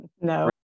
No